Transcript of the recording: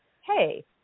hey